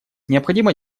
необходимо